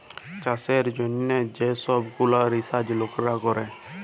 চাষের জ্যনহ যে সহব গুলান রিসাচ লকেরা ক্যরে